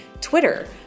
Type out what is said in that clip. Twitter